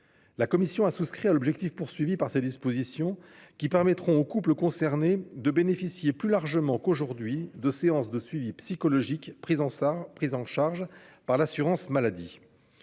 La commission a souscrit à l'objectif de ces dispositions, qui permettront aux couples concernés de bénéficier plus largement qu'aujourd'hui de séances de suivi psychologique, prises en charge par l'assurance maladie.